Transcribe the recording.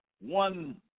one